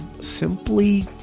simply